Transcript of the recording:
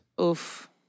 Oof